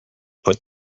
put